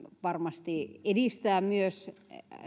varmasti edistää myös